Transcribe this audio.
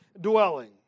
dwelling